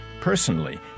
personally